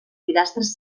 pilastres